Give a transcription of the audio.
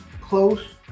close